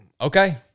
okay